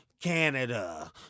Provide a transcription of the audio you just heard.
Canada